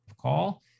call